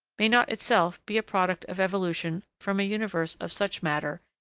may not itself be a product of evolution from a universe of such matter,